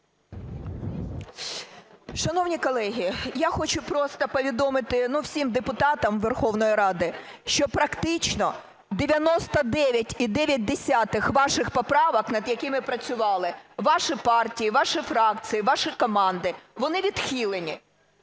Шановні колеги, я хочу просто повідомити всім депутатам Верховної Ради, що практично 99,9 ваших поправок, над якими працювали ваші партії, ваші фракції, ваші команди, вони відхилені.